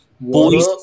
Boys